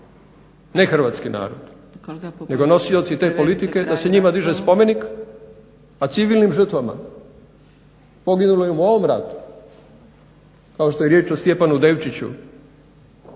ne hrvatski narod nego nosioci te politike, da se njima diže spomenik a civilnim žrtvama poginulim u ovom ratu kao što je riječ o Stjepanu Devčiću